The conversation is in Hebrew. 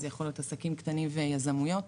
זה יכול להיות עסקים קטנים ויזמויות.